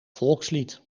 volkslied